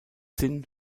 zinn